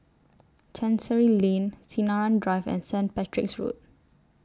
Chancery Lane Sinaran Drive and Saint Patrick's Road